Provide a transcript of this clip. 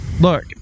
Look